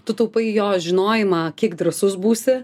tu taupai jos žinojimą kiek drąsus būsi